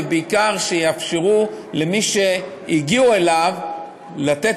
ובעיקר שיאפשרו למי שהגיעו אליו לתת